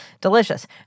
delicious